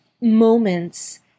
moments